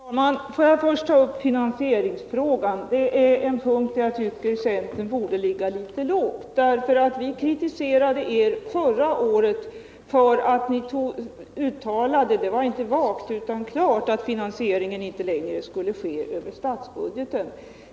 Herr talman! Får jag först ta upp finansieringsfrågan. Det är en punkt där jag tycker att centern borde ligga lågt. Vi kritiserade er förra året för att ni uttalade — och det var inte vagt, utan klart att finansieringen inte längre skulle ske över statsbudgeten.